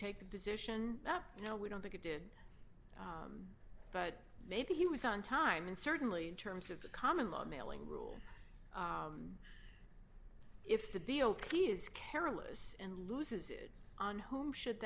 take the position that you know we don't think it did but maybe he was on time and certainly in terms of the common law mailing rule if the bill key is carolus and loses it on home should